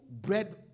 bread